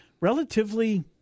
relatively